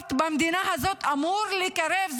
ספורט במדינה הזאת אמור לקרב.